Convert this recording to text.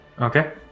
Okay